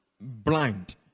blind